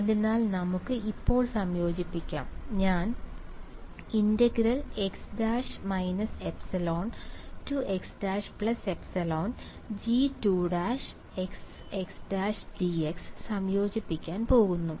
x′ε അതിനാൽ നമുക്ക് ഇപ്പോൾ സംയോജിപ്പിക്കാം ഞാൻ ∫ G′′xx′dx x′−ε സംയോജിപ്പിക്കാൻ പോകുന്നു